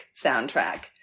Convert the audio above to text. soundtrack